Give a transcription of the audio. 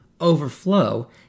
overflow